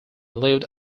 lived